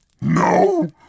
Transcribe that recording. No